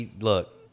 Look